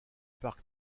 parc